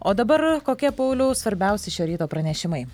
o dabar kokie pauliau svarbiausi šio ryto pranešimai